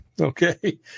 Okay